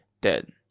dead